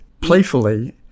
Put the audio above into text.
Playfully